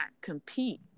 compete